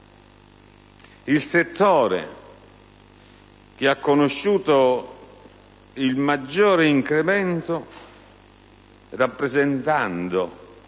Il settore che ha conosciuto il maggiore incremento, rappresentando